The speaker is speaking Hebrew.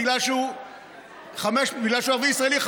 בגלל שהוא ערבי ישראלי,